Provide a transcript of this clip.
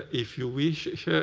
if you wish, yeah